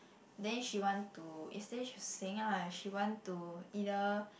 then she want to yesterday she was saying ah she want to either